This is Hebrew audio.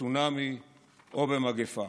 בצונאמי או במגפה.